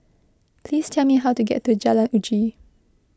please tell me how to get to Jalan Uji